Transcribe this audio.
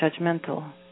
judgmental